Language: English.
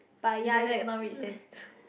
if like that not rich then